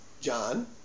John